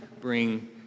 bring